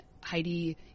Heidi